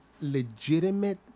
legitimate